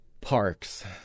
Parks